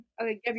Okay